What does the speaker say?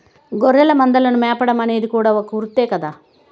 గొర్రెల మందలను మేపడం అనేది కూడా ఒక వృత్తే కదా